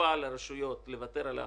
כופה על הרשויות לוותר על ההכנסות,